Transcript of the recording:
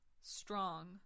strong